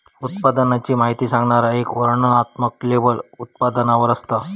उत्पादनाची माहिती सांगणारा एक वर्णनात्मक लेबल उत्पादनावर असता